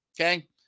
Okay